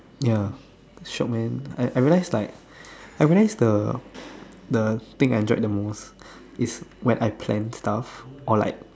ya show man I I realize like I realize the the thing I enjoyed the most is when I plan stuff or like